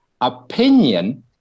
opinion